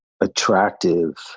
attractive